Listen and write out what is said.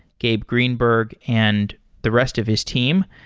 gabe greenberg, and the rest of his team.